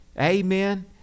Amen